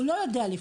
הוא לא יודע לפנות.